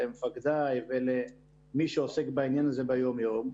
למפקדיי ולמי שעוסק בעניין הזה ביום-יום,